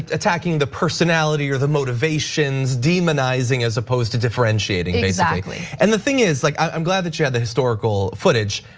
attacking the personality or the motivations, demonizing as opposed to differentiating. exactly. and the thing is like, i'm glad that you had the historical footage.